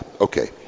okay